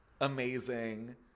Amazing